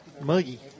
Muggy